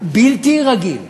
בלתי רגיל.